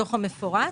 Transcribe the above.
מהדוח המפורט.